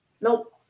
Nope